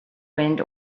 wind